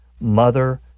mother